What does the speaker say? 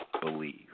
believe